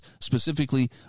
specifically